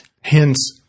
Hence